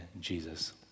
Jesus